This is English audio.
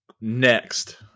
Next